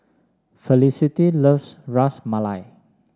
Felicity loves Ras Malai